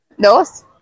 Dos